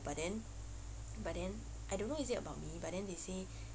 but then but then I don't know is it about me but then they say